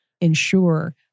ensure